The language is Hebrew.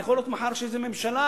יכול להיות מחר שאיזו ממשלה,